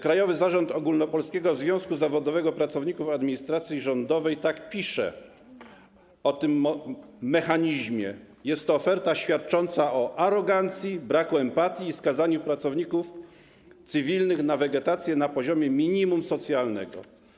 Krajowy Zarząd Ogólnopolskiego Związku Zawodowego Pracowników Administracji Rządowej tak pisze o tym mechanizmie: jest to oferta świadcząca o arogancji, braku empatii i skazaniu pracowników cywilnych na wegetację na poziomie minimum socjalnego.